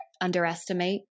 underestimate